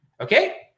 okay